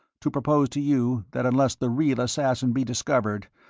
to propose to you that unless the real assassin be discovered,